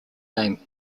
name